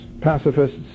pacifists